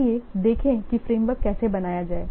आइए देखें कि फ्रेमवर्क कैसे बनाया जाए